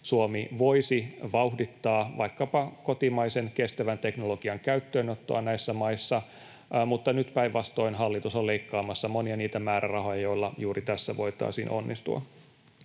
Suomi voisi vauhdittaa vaikkapa kotimaisen kestävän teknologian käyttöönottoa näissä maissa, mutta nyt päinvastoin hallitus on leikkaamassa monia niitä määrärahoja, joilla juuri tässä voitaisiin onnistua.